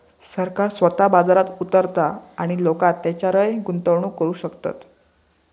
सरकार स्वतः बाजारात उतारता आणि लोका तेच्यारय गुंतवणूक करू शकतत